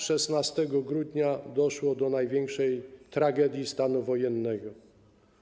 16 grudnia doszło do największej tragedii stanu wojennego.